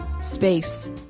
space